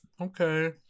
Okay